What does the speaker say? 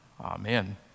Amen